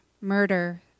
murder